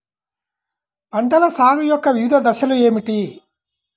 పంటల సాగు యొక్క వివిధ దశలు ఏమిటి?